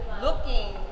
looking